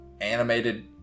animated